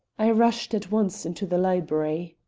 i rushed at once into the library.